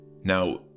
Now